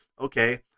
okay